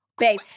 Babe